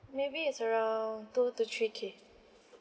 maybe it's around two to three K